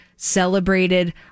celebrated